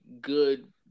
good